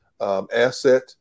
asset